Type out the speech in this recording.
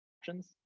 options